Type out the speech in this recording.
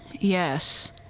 yes